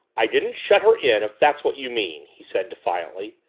i didn't shut her in if that's what you mean! he said defiantly.